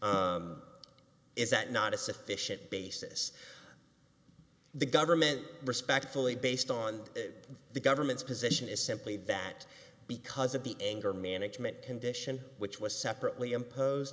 is that not a sufficient basis the government respectfully based on the government's position is simply that because of the anger management condition which was separately impose